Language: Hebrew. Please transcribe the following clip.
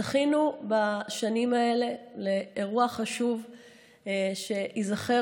זכינו בשנים האלה לאירוע חשוב שייזכר